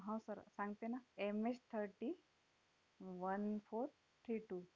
हो सर सांगते ना M H thirty one four three to